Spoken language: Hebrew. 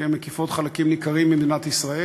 כשהן מקיפות חלקים ניכרים ממדינת ישראל.